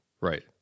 right